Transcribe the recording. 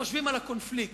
וחושבים על הקונפליקט,